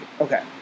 okay